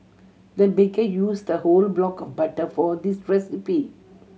the baker used a whole block of butter for this recipe